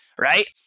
right